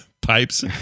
pipes